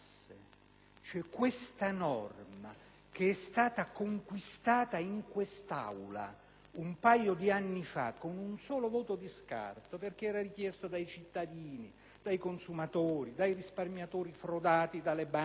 una norma conquistata in quest'Aula un paio di anni fa con un solo voto di scarto perché richiesta dai cittadini, dai consumatori, dai risparmiatori frodati dalle banche,